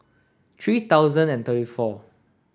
three thousand and thirty four